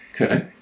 Okay